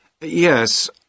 Yes